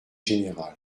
général